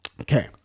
Okay